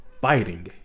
fighting